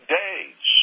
days